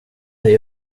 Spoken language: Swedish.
dig